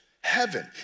Heaven